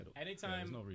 Anytime